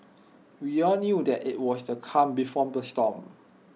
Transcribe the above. we all knew that IT was the calm before the storm